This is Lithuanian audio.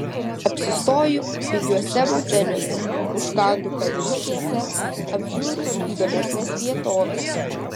apsistoju pigiuose moteliuose užkandu kavinukėse apžiūriu įdomesnes vietoves